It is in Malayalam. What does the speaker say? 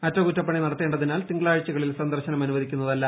അറ്റക്കുറ്റപ്പണി നടത്തേണ്ട തിനാൽ തിങ്കളാഴ്ചകളിൽ സന്ദർശനം അനുവദിക്കുന്നതല്ല